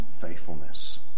faithfulness